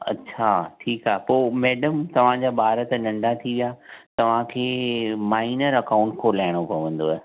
अच्छा ठीकु आहे पोइ मैडम तव्हांजा ॿार त नंढा थी विया तव्हांखे माइनर अकाउंट खोलाइणो पवंदव